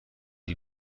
die